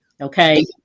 Okay